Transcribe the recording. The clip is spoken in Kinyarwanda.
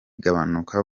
gabanuka